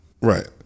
Right